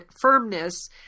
firmness